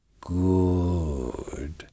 good